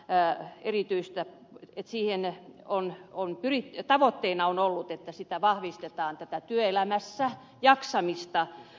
tää yritystä etsii ennen kone on pyritty tavoitteena on ollut että vahvistetaan tätä työelämässä jaksamista